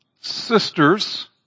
Sisters